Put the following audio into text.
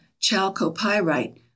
chalcopyrite